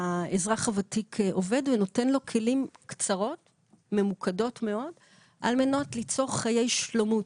שהאזרח הוותיק עובר והן נותנות לו כלים על מנת ליצור חיי שלומות.